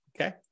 okay